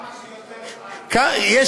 כמה שיותר חי, שיטפונות.